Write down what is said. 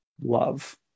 love